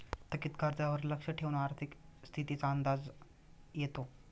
थकीत कर्जावर लक्ष ठेवून आर्थिक स्थितीचा अंदाज येतो